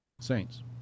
Saints